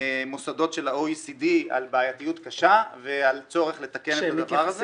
מוסדות של ה- OECDעל בעייתיות קשה ועל צורך לתקן את הדבר הזה.